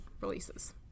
releases